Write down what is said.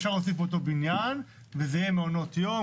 אפשר להוסיף אותו בניין וזה יהיה מעונות יום,